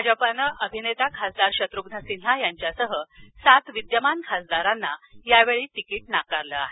भाजपानं अभिनेता खासदार शत्रुघ्न सिन्हा यांच्यासह सात विद्यमान खासदारांना यावेळी तिकिट नाकारलं आहे